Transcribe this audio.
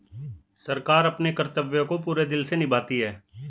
सरकार अपने कर्तव्य को पूरे दिल से निभाती है